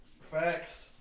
Facts